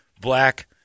black